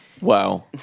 Wow